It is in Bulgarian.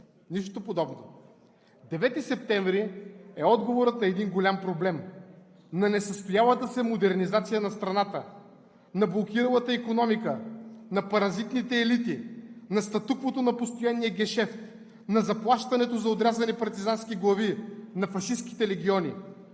Нищо подобно! 9 септември е отговорът на един голям проблем на несъстоялата се модернизация на страната, на блокиралата икономика, на паразитните елити, на статуквото на постоянния гешефт, на заплащането за отрязани партизански глави, на фашистките легиони.